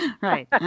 Right